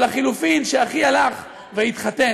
או לחלופין, כשאחי הלך להתחתן,